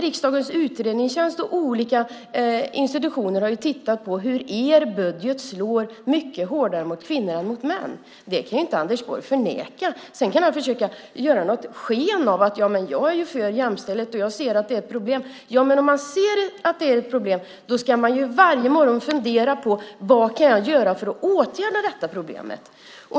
Riksdagens utredningstjänst och olika institutioner har tittat på hur er budget slår mycket hårdare mot kvinnor än mot män. Det kan inte Anders Borg förneka. Sedan kan han försöka göra ett sken av att han är för jämställdhet och ser att det är problem. Om man ser att det är problem ska man varje morgon fundera på: Vad kan jag göra för att åtgärda problemet.